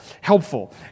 helpful